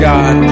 God